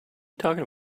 talking